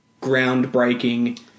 groundbreaking